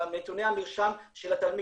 בנתוני המרשם של התלמיד.